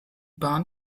bahn